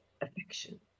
affection